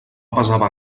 pesava